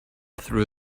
threw